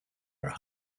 her